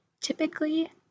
Typically